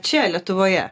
čia lietuvoje